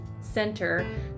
Center